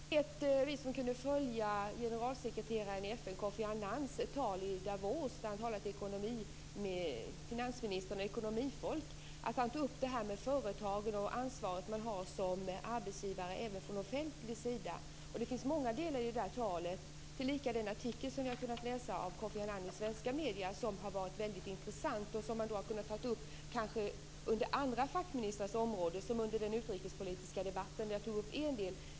Fru talman! Jag har en fråga till miljöminister Vi som kunde följa generalsekreterarens i FN, Kofi Annans, tal i Davos där han talade ekonomi med finansministrar och ekonomifolk hörde honom ta upp det här med företag och det ansvar man har som arbetsgivare även från offentlig sida. Det finns många delar i det där talet, tillika den artikel av Kofi Annan som vi har kunnat läsa i svenska medier och som har varit väldigt intressant och som man då har kunnat ta upp kanske under andra fackministrars område, som under den utrikespolitiska debatten då jag tog upp en del.